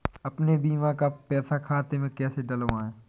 अपने बीमा का पैसा खाते में कैसे डलवाए?